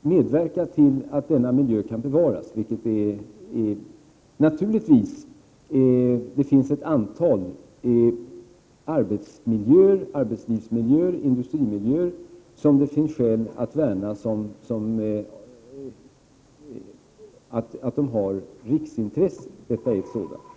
medverka till att denna miljö kan bevaras. Det finns ett antal industrimiljöer som det finns skäl att värna och som har riksintresse, och Strykjärnet är ett exempel på det.